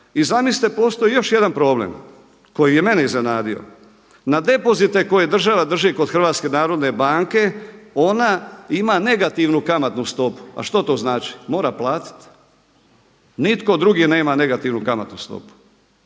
I zamislite postoji još jedan problem koji je mene iznenadio. Na depozite koje država drži kod HNB-a ona ima negativnu kamatnu stopu. A što to znači? Mora platiti. Nitko drugi nema negativnu kamatnu stopu.